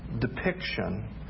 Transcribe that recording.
depiction